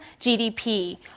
GDP